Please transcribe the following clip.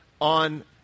on